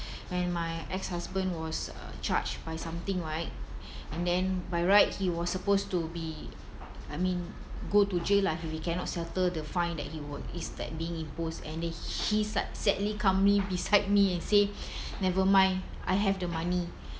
when my ex husband was uh charged by something right and then by right he was supposed to be I mean go to jail lah if he cannot settle the fine that he w~ is that being imposed and then he's like sadly calmly beside me and say never mind I have the money